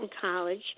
College